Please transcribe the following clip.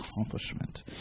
accomplishment